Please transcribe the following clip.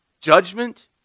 Judgment